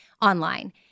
online